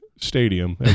stadium